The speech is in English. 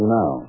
now